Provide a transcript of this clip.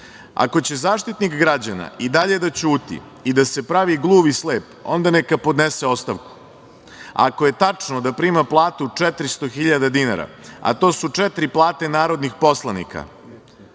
će Zaštitnik građana i dalje da ćuti i da se pravi gluv i slep, onda neka podnese ostavku. Ako je tačno da prima platu 400 hiljada dinara, a to su četiri plate narodnih poslanika,